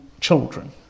children